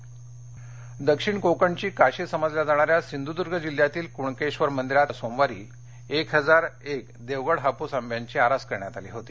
कणकेश्वर सिंधदर्ग दक्षिण कोकणची काशी समजल्या जाणाऱ्या सिंधुदुर्ग जिल्ह्यातल्या कुणकेश्वर मंदिरात सोमवारी एक हजार एक देवगड हापूस आंब्याची आरास करण्यात आली होती